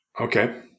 Okay